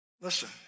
Listen